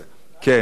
עדיין כבוש?